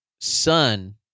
son